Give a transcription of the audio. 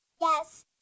Yes